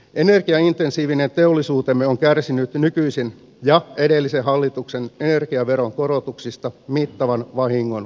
energiaintensiivinen teollisuutemme on kärsinyt nykyisen ja edellisen hallituksen energiaveron korotuksista mittavan vahingon kilpailukykyynsä